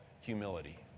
humility